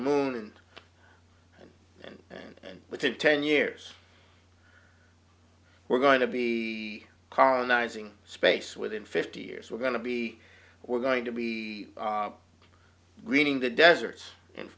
and and and and and but in ten years we're going to be colonizing space within fifty years we're going to be we're going to be greening the deserts and